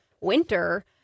winter